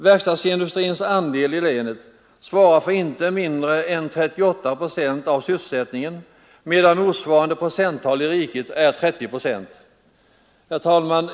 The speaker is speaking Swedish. Verkstadsindustrin i länet svarar för inte mindre än 38 procent av sysselsättningen, medan motsvarande andel för riket i dess helhet är 30 procent. Herr talman!